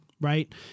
right